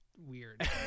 weird